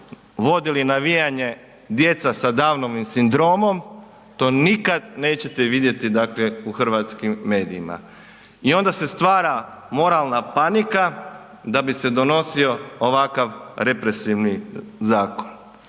vodili navijanje djeca sa Downovim sindromom. To nikada nećete vidjeti u hrvatskim medijima. I onda se stvara moralna panika da bi se donosio ovakav represivni zakon.